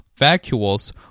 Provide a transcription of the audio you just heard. vacuoles